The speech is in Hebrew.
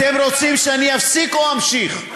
אתם רוצים שאני אפסיק או שאמשיך?